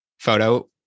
photo